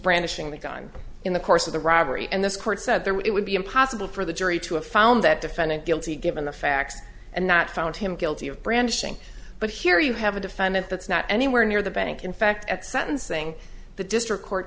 brandishing the gun in the course of the robbery and this court said there were it would be impossible for the jury to have found that defendant guilty given the facts and not found him guilty of brandishing but here you have a defendant that's not anywhere near the bank in fact at sentencing the district court